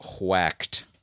whacked